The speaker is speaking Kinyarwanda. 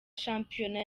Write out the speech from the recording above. shampiyona